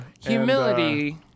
Humility